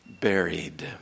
buried